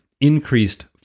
increased